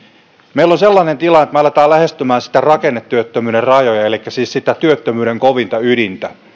meillä on sellainen tilanne että me alamme lähestymään rakennetyöttömyyden rajoja elikkä sitä työttömyyden kovinta ydintä